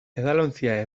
edalontzia